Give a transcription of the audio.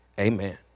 Amen